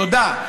תודה.